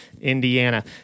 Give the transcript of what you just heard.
Indiana